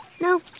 No